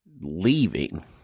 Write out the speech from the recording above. leaving